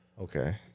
Okay